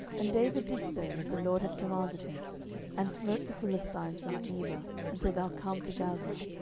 and david did so, as the lord had commanded him and smote the philistines from geba until thou come to gazer.